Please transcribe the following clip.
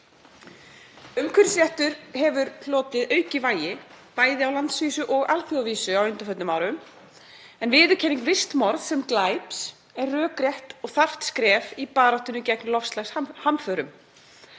Umhverfisréttur hefur hlotið aukið vægi bæði á landsvísu og alþjóðavísu á undanförnum árum. Viðurkenning vistmorðs sem glæps er rökrétt og þarft skref í baráttunni gegn loftslagshamförum.